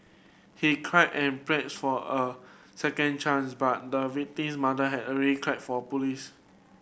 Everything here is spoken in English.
he cried and pleaded for a second chance but the victim's mother had already for police